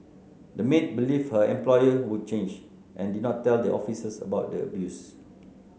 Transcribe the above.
the maid believed her employer would change and did not tell the officers about the abuse